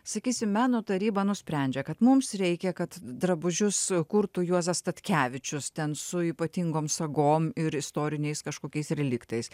sakysim meno taryba nusprendžia kad mums reikia kad drabužius kurtų juozas statkevičius ten su ypatingom sagom ir istoriniais kažkokiais reliktais